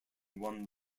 one